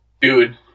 dude